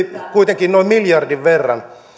kuitenkin noin miljardin verran